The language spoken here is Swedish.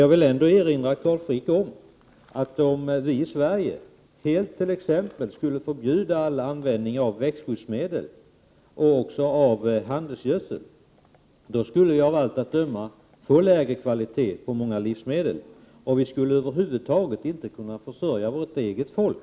Jag vill ändå erinra Carl Frick om att om vi i Sverige t.ex. skulle helt förbjuda all användning av växtskyddsmedel och av handelsgödsel, då skulle vi av allt att döma få lägre kvalitet på många livsmedel. Vi skulle över huvud taget inte kunna försörja vårt eget folk.